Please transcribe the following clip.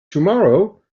tomorrow